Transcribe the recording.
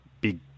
big